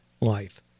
life